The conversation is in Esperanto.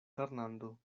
fernando